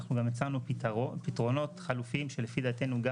אנחנו גם הצענו פתרונות חלופיים שלפי דעתנו גם